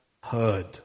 heard